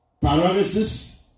paralysis